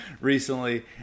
recently